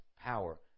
power